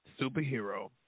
superhero